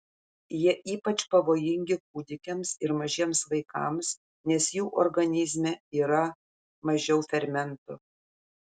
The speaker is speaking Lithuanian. jie ypač pavojingi kūdikiams ir mažiems vaikams nes jų organizme yra mažiau fermentų